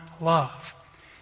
love